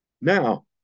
Now